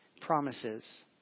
promises